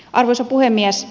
arvoisa puhemies